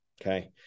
Okay